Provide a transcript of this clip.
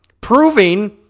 proving